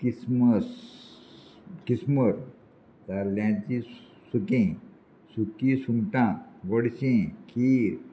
Christmas किस्मूर ताल्ल्यांचें सुकें सुकी सुंगटां गोडशें खीर